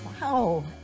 Wow